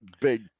big